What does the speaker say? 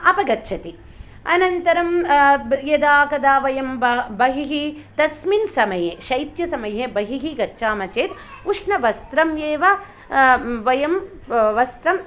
अपगच्छति अनन्तरं यदा कदा वयं बहिः तस्मिन् समये शैत्यसमये बहिः गच्छामः चेत् उष्णवस्त्रं एव वयं वस्त्रं